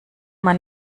man